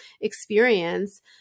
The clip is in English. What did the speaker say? experience